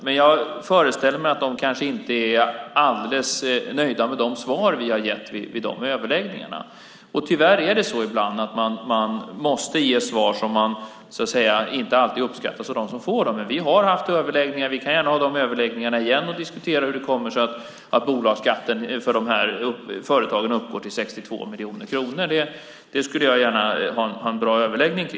Men jag föreställer mig att de kanske inte är alldeles nöjda med de svar vi har gett vid de överläggningarna. Tyvärr är det ibland så att man måste ge svar som inte alltid uppskattas av dem som får dem. Men vi har haft överläggningar, och vi kan gärna ha överläggningar igen och diskutera hur det kommer sig att bolagsskatten för de här företagen uppgår till 62 miljoner kronor. Det skulle jag gärna ha en bra överläggning om.